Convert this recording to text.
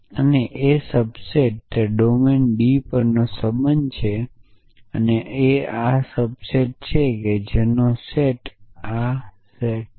તે સબસેટ છે તે ડોમેન ડી પરનો સંબંધ છે અને આ આ સબસેટ છે જેનો આ સેટ છે જે આ સેટનો છે